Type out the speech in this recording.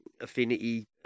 Affinity